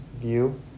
view